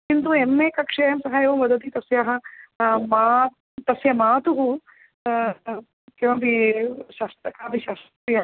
किन्तु M A कक्षायां सह एवं वदति तस्य मा तस्य मातुः किमपि कापि शस्त्रीया